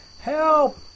help